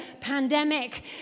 pandemic